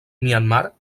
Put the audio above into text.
myanmar